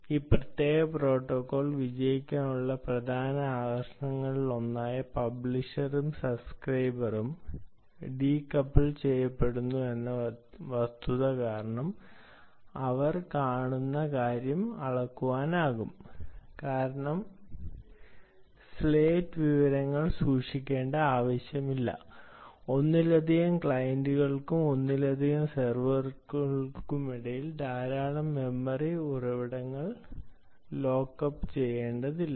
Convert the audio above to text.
ഈ പ്രത്യേക പ്രോട്ടോക്കോൾ വിജയിക്കാനുള്ള പ്രധാന ആകർഷണങ്ങളിലൊന്നായ പബ്ലിഷറും സബ്സ്ക്രൈബേറും ഡീകപ്പിൾ ചെയ്യപ്പെടുന്നു എന്ന വസ്തുത കാരണം അവർ കാണുന്ന കാര്യം അളക്കാനാവും കാരണം സ്റ്റേറ്റ് വിവരങ്ങൾ സൂക്ഷിക്കേണ്ട ആവശ്യമില്ല ഒന്നിലധികം ക്ലയന്റുകൾക്കും ഒന്നിലധികം സെർവറുകൾക്കുമിടയിൽ ധാരാളം മെമ്മറി ഉറവിടങ്ങൾ ലോക്കപ്പ് ചെയ്യേണ്ടതില്ല